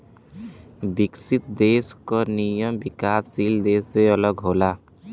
विकसित देश क नियम विकासशील से अलग होला